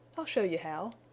i'll show you how.